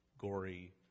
gory